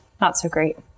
not-so-great